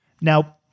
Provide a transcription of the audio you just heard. Now